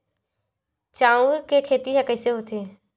चांउर के खेती ह कइसे होथे?